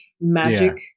magic